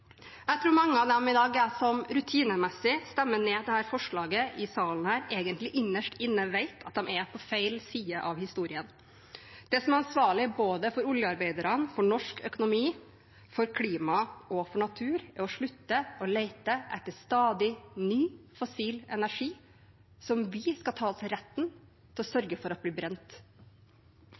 Jeg tror mange av dem rutinemessig stemmer ned dette forslaget i salen, egentlig innerst inne vet at de er på feil side av historien. Det som er ansvarlig både for oljearbeiderne, for norsk økonomi, for klima og for natur, er å slutte å lete etter stadig ny fossil energi som vi skal ta oss rett til å sørge for blir brent.